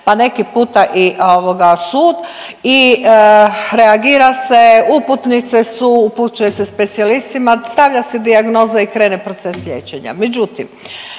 pa neki puta i ovoga sud i reagira se, uputnice su, upućuje se specijalistima, stavlja se dijagnoza i krene proces liječenja.